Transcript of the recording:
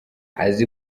azi